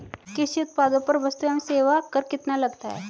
कृषि उत्पादों पर वस्तु एवं सेवा कर कितना लगता है?